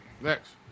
Next